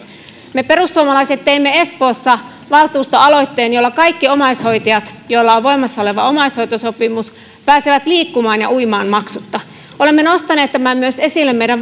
me perussuomalaiset teimme espoossa valtuustoaloitteen jolla kaikki omaishoitajat joilla on voimassa oleva omaishoitosopimus pääsevät liikkumaan ja uimaan maksutta olemme nostaneet tämän esille myös meidän